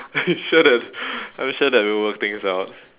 are you sure that are you sure that you'll work things out